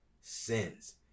sins